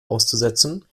auszusetzen